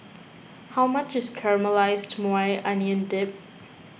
how much is Caramelized Maui Onion Dip